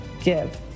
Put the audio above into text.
give